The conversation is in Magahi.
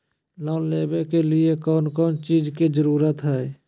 लोन लेबे के लिए कौन कौन चीज के जरूरत है?